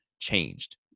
changed